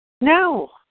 No